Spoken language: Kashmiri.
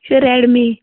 یہِ چھُ ریٚڈ مِی